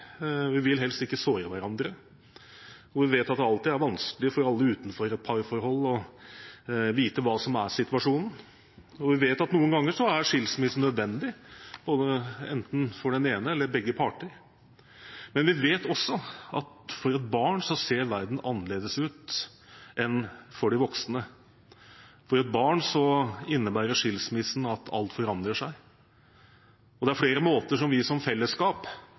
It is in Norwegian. Vi vil helst ikke såre hverandre, og vi vet at det alltid er vanskelig for alle utenfor et parforhold å vite hva som er situasjonen. Vi vet at noen ganger er skilsmisse nødvendig, enten for den ene eller for begge parter, men vi vet også at for et barn ser verden annerledes ut enn for de voksne. For et barn innebærer en skilsmisse at alt forandrer seg, og det er flere måter vi som fellesskap